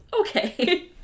Okay